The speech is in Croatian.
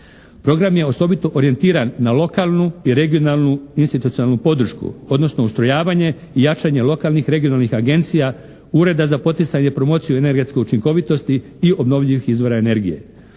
Program je osobito orijentiran na lokalnu i regionalnu institucionalnu podršku, odnosno ustrojavanje i jačanje lokalnih (regionalnih) agencija Ureda za poticanje i promociju energetske učinkovitosti i obnovljivih izvora energije.